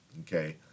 Okay